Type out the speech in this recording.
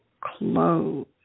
close